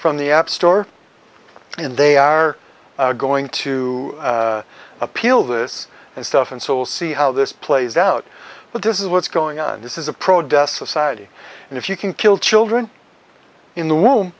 from the app store when they are going to appeal this stuff and so we'll see how this plays out but this is what's going on this is a pro death society and if you can kill children in the womb